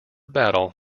battle